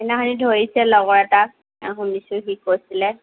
সিদিনাখনি ধৰিছে লগৰ এটাক শুনিছোঁ সি কৈছিলে